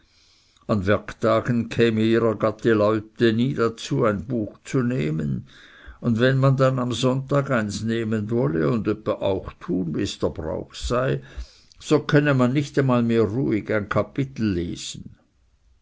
werchtig kämen ihrer gattig leut nie dazu ein buch zu nehmen und wenn man dann am sonntag eins nehmen wolle und öppe auch tun wie es dr brauch sei so könne man nicht einmal mehr ruhig ein kapitel lesen